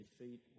defeat